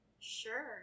Sure